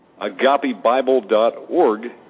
AgapeBible.org